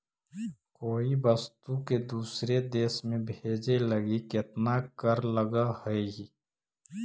कोई वस्तु के दूसर देश में भेजे लगी केतना कर लगऽ हइ?